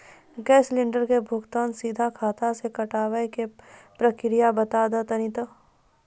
Gas cylinder के भुगतान सीधा खाता से कटावे के प्रक्रिया बता दा तनी हो?